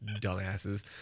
dumbasses